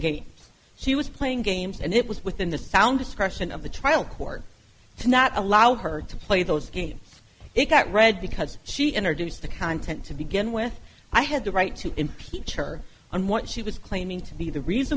games she was playing games and it was within the sound discretion of the trial court to not allow her to play those games it got read because she introduced the content to begin with i had the right to impeach her on what she was claiming to be the reason